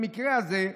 במקרה הזה,